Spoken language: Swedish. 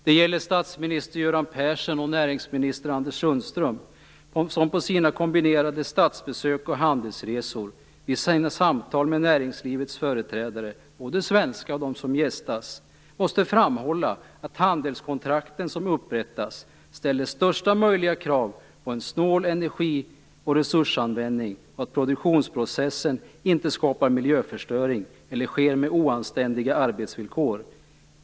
Det gäller statsminister Göran Persson och näringsminister Anders Sundström, som på sina kombinerade statsbesök och handelsresor i sina samtal med näringslivets företrädare, både de svenska och de som gästas, måste framhålla att de handelskontrakt som upprättas ställer största möjliga krav på en snål energi och resursanvändning och att produktionsprocessen inte skapar miljöförstöring eller sker med oanständiga arbetsvillkor.